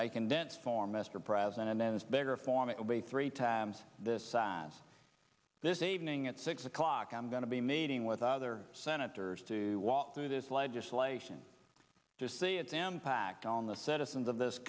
a condensed form mr president and then it's bigger form it will be three times this size this evening at six o'clock i'm going to be meeting with other senators to walk through this legislation to say it's an impact on the citizens of this